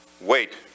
wait